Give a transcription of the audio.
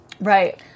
Right